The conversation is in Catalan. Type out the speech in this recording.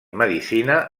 medicina